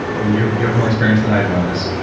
and you you have more experience than i do on this.